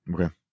Okay